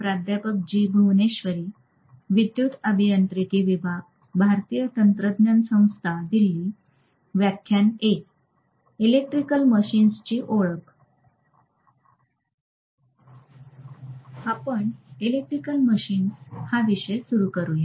आपण electrical machines हा विषय सुरु करूया